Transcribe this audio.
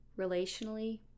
relationally